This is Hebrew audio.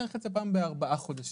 נאריך את זה בארבעה חודשים.